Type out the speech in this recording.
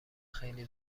خیلی